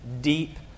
deep